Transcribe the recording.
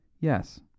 Yes